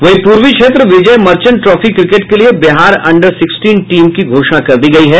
वहीं पूर्वी क्षेत्र विजय मर्चेन्ट ट्रॉफी क्रिकेट के लिये बिहार अंडर सिक्सटीन टीम की घोषणा कर दी गयी है